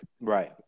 Right